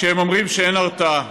כשהם אומרים שאין הרתעה,